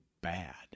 bad